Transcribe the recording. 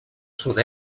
sud